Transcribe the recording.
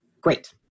Great